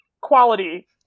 quality